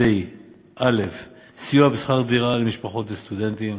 על-ידי סיוע בשכר דירה למשפחות וסטודנטים,